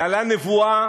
להלן נבואה